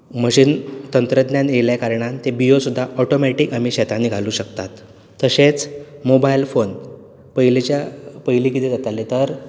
machine तंत्रज्ञान येयल्ले कारणान त्यो बिंयो सुद्दा ऑटोमेटीक आमी शेतांनी घालूंक शकतात तशेंच मोबायल फोन पयलींच्या पयलीं कितें करताले तर